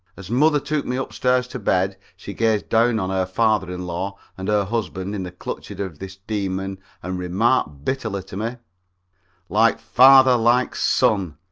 as mother took me upstairs to bed she gazed down on her father-in-law and her husband in the clutches of this demon and remarked bitterly to me like father, like son,